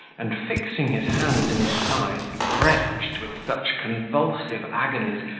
and, fixing his hands in his sides, retched with such convulsive agonies,